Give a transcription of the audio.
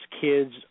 kids